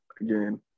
again